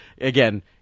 again